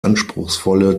anspruchsvolle